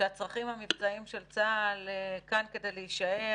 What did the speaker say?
שהצרכים המבצעיים של צה"ל כאן כדי להישאר,